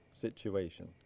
situation